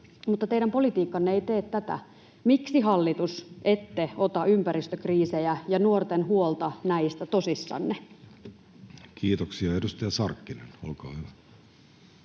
mutta teidän politiikkanne ei tee tätä. Miksi, hallitus, ette ota ympäristökriisejä ja nuorten huolta näistä tosissanne? [Speech 110] Speaker: Jussi